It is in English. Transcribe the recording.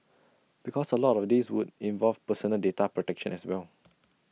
because A lot of this would involve personal data protection as well